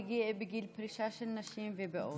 כולל בגיל פרישה של נשים ובעוד.